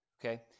Okay